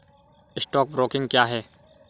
Stock broking क्या है?